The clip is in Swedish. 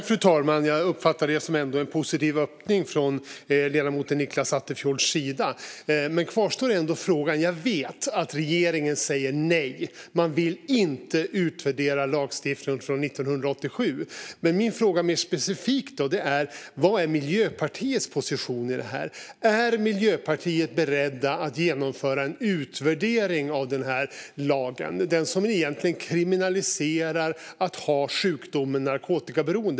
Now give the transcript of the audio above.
Fru talman! Jag uppfattar ändå detta som en positiv öppning från ledamoten Nicklas Attefjords sida. Men frågan kvarstår. Jag vet att regeringen säger nej, det vill säga att man inte vill låta utvärdera lagstiftningen från 1987. Min fråga gäller mer specifikt vad Miljöpartiets position är. Är Miljöpartiet beredda att genomföra en utvärdering av den här lagen, som egentligen kriminaliserar att ha sjukdomen narkotikaberoende?